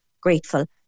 grateful